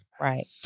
Right